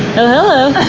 hello